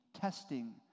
testing